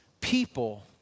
people